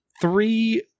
three